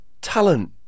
talent